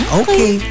okay